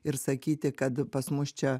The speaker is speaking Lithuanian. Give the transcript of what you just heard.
ir sakyti kad pas mus čia